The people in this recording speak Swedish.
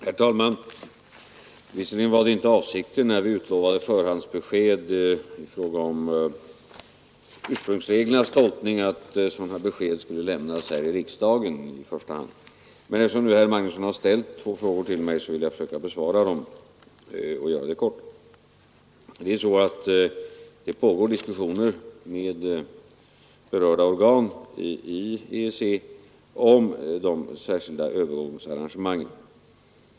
Herr talman! Visserligen var det inte avsikten när vi utlovade förhandsbesked i fråga om ursprungsreglernas tolkning att sådana besked skulle lämnas i första hand här i riksdagen, men eftersom herr Magnusson i Borås nu ställt två frågor till mig, skall jag försöka besvara des: Det pågår diskussioner med berörda organ i EEC om de särskilda övergångsarrangemangen.